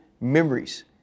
memories